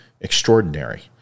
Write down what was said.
extraordinary